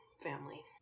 family